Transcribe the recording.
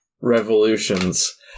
Revolutions